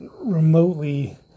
remotely